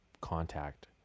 contact